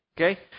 Okay